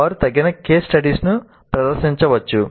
వారు తగిన కేస్ స్టడీస్ను ప్రదర్శించవచ్చు